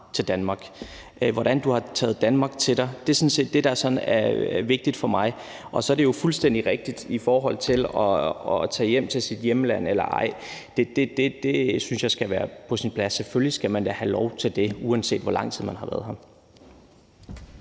til Danmark – hvordan du har taget Danmark til dig. Det er sådan set det, der er vigtigt for mig. Og så er det jo fuldstændig rigtigt, altså det med at tage hjem til sit hjemland eller ej skal være på sin plads. Selvfølgelig skal man da have lov til det, uanset hvor lang tid man har været her.